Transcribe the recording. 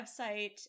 website